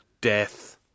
death